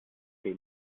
tee